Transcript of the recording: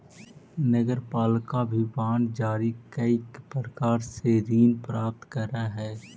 नगरपालिका भी बांड जारी कईक प्रकार से ऋण प्राप्त करऽ हई